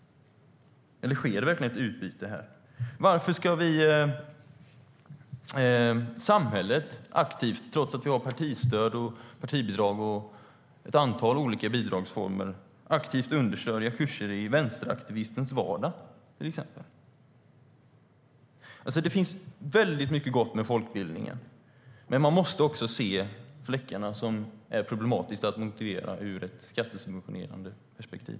Eller sker det verkligen ett utbyte här? Varför ska samhället aktivt, trots att vi har partistöd, partibidrag och ett antal olika bidragsformer, understödja kurser i vänsteraktivistens vardag, till exempel? Det finns väldigt mycket gott med folkbildningen, men man måste också se fläckarna, som gör att det är problematiskt att motivera detta ur ett skattesubventionerande perspektiv.